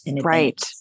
Right